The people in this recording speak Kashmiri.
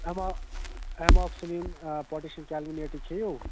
اٮ۪ما اٮ۪ماکسِلیٖن پوٹیشِیَم کٮ۪لوِنیٹٕت کھیٚیِو